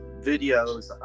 videos